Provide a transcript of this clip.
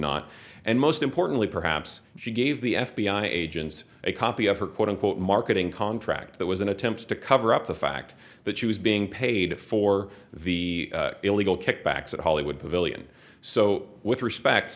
not and most importantly perhaps she gave the f b i agents a copy of her quote unquote marketing contract that was an attempt to cover up the fact that she was being paid for the illegal kickbacks at hollywood pavilion so with respect